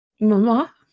Mama